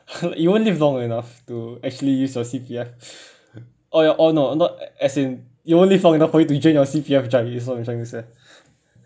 uh you won't live long enough to actually use your C_P_F or your or no as in you won't live long enough for you to enjoy your C_P_F is all I'm trying to say